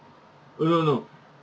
oh no no no